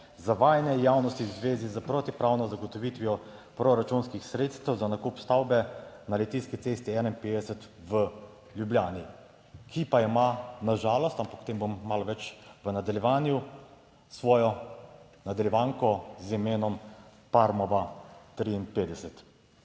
zavajanje javnosti v zvezi s protipravno zagotovitvijo proračunskih sredstev za nakup stavbe na Litijski cesti 51 v Ljubljani, ki pa ima na žalost, ampak o tem bom malo več v nadaljevanju, svojo nadaljevanko z imenom Parmova 53.